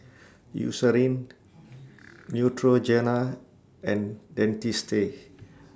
Eucerin Neutrogena and Dentiste